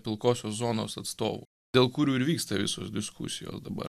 pilkosios zonos atstovų dėl kurių ir vyksta visos diskusijos dabar